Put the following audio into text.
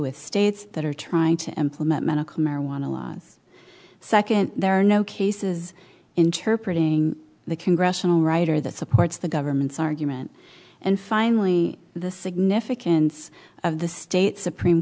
with states that are trying to implement medical marijuana laws second there are no cases interpreting the congressional writer that supports the government's argument and finally the significance of the state supreme